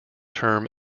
term